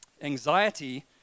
Anxiety